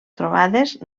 trobades